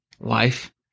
life